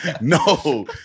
no